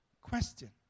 question